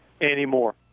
anymore